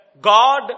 God